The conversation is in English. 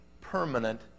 permanent